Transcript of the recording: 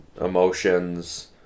emotions